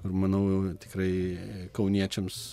ir manau tikrai kauniečiams